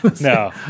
no